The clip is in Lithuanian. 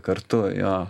kartu jo